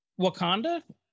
Wakanda